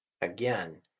Again